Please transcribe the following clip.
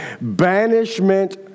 Banishment